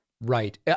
Right